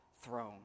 throne